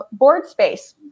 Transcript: BoardSpace